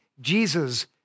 Jesus